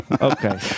Okay